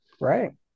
right